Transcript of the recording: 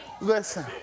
Listen